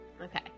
Okay